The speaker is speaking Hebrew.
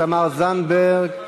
תמר זנדברג,